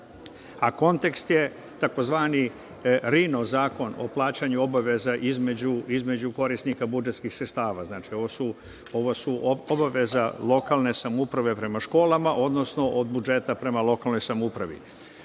a kontekst je tzv. RINO zakon o plaćanju obaveza između korisnika budžetskih sredstava. Znači, ovo su obaveze lokalnih samouprava prema školama, odnosno od budžeta prema lokalnoj samoupravi.